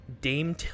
Dame